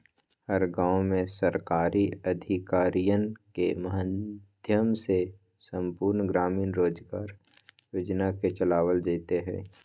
हर गांव में सरकारी अधिकारियन के माध्यम से संपूर्ण ग्रामीण रोजगार योजना के चलावल जयते हई